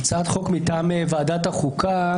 מטעם ועדת החוקה,